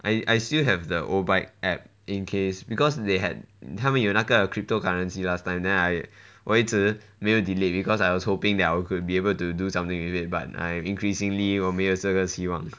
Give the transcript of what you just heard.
I I still have the obike app in case because they had 他们有那个 crypto currency last time then I 我一直没有 delete because I was hoping that I could be able to do something with it but I increasingly 我没有这个希望